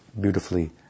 beautifully